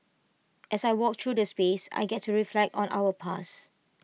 as I walk through the space I get to reflect on our past